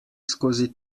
skozi